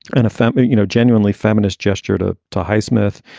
in a family, you know, genuinely feminist gesture to to highsmith.